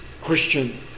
Christian